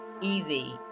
easy